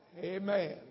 Amen